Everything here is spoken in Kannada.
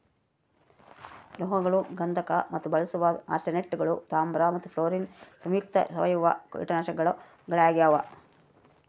ಲೋಹಗಳು ಗಂಧಕ ಮತ್ತು ಬಳಸುವ ಆರ್ಸೆನೇಟ್ಗಳು ತಾಮ್ರ ಮತ್ತು ಫ್ಲೋರಿನ್ ಸಂಯುಕ್ತ ಸಾವಯವ ಕೀಟನಾಶಕಗಳಾಗ್ಯಾವ